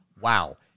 Wow